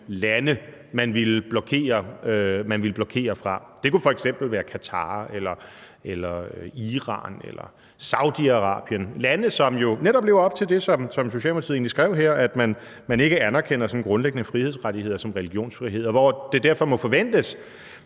lande, man ville blokere for. Det kunne f.eks. være Qatar eller Iran eller Saudi-Arabien – lande, som jo netop lever op til det, Socialdemokratiet egentlig skrev her, nemlig at de ikke anerkender grundlæggende frihedsrettigheder som religionsfrihed, og hvor det derfor må forventes,